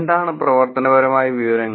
എന്താണ് പ്രവർത്തനപരമായ വിവരങ്ങൾ